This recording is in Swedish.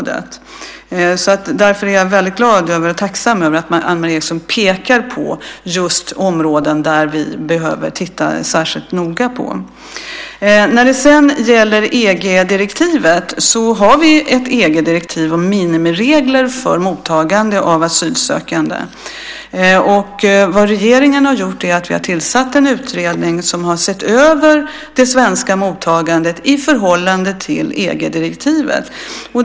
Därför är jag väldigt glad över och tacksam för att Anne-Marie Ekström pekar på just områden som vi behöver titta särskilt noga på. När det sedan gäller EG-direktivet vill jag säga att vi har ett EG-direktiv om minimiregler för mottagande av asylsökande. Vad regeringen har gjort är att vi har tillsatt en utredning som har sett över det svenska mottagandet i förhållande till EG-direktivet.